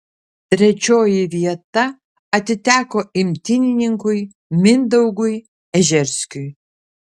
trečioji vieta atiteko imtynininkui mindaugui ežerskiui